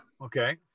Okay